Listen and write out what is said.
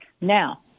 now